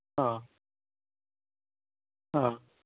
অ' অ'